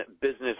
Business